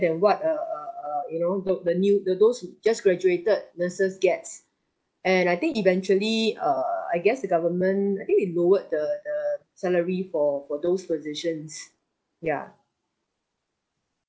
than what uh uh uh you know look the new the those who just graduated nurses gets and I think eventually err I guess the government I think they lowered the the salary for for those positions ya